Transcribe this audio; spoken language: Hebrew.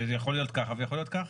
זה יכול להיות ככה ויכול להיות ככה.